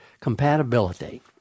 compatibility